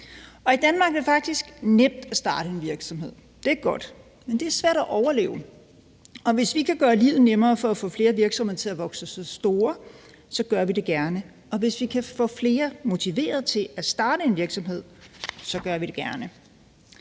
i Danmark er det faktisk nemt at starte en virksomhed. Det er godt. Men det er svært at overleve, og hvis vi kan gøre livet nemmere og få flere virksomheder til at vokse sig store, gør vi det gerne, og hvis vi kan få flere motiveret til at starte en virksomhed, gør vi det gerne.